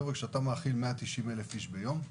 כשמאכילים --- איש ביום,